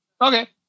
Okay